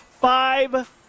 five